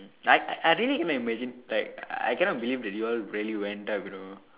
like I really cannot imagine like I cannot believe that you all really went down you know